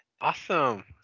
Awesome